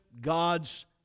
God's